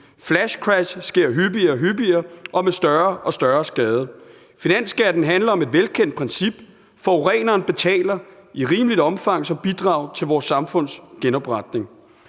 Flash crash sker hyppigere og hyppigere og med større og større skade til følge. Finansskatten handler om et velkendt princip: Forureneren betaler i rimeligt omfang som bidrag til vores samfunds genopretning.